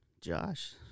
josh